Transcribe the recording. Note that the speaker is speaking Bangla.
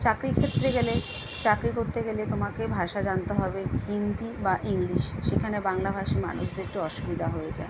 চাকরি ক্ষেত্রে গেলে চাকরি করতে গেলে তোমাকে ভাষা জানতে হবে হিন্দি বা ইংলিশ সেখানে বাংলাভাষী মানুষদের একটু অসুবিধা হয়ে যায়